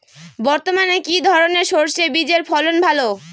বর্তমানে কি ধরনের সরষে বীজের ফলন ভালো?